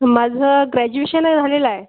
माझं ग्रॅजुइशने झालेलं आहे